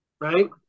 right